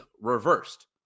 reversed